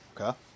Okay